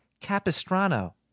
Capistrano